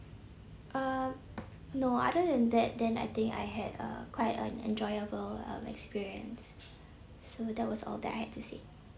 uh no other than that then I think I had uh quite an enjoyable um experience so that was all that I had to say